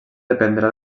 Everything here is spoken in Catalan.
dependrà